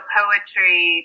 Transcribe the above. poetry